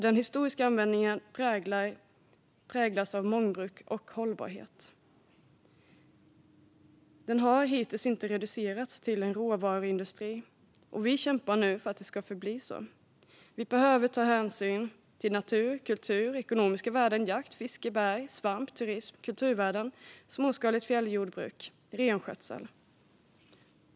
Den historiska användningen präglades av mångbruk och hållbarhet. Skogen har inte reducerats till att bli en råvaruindustri, och vi kämpar nu för att det ska förbli så. Vi behöver ta hänsyn till natur och kulturvärden och ekonomiska värden, jakt, fiske, bär, svamp, turism, småskaligt fjälljordbruk och renskötsel.